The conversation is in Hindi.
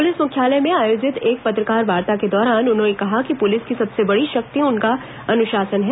पुलिस मुख्यालय में आयोजित एक पत्रकारवार्ता के दौरान उन्होंने कहा कि पुलिस की सबसे बड़ी शक्ति उसका अनुशासन है